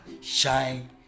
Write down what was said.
shine